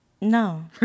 no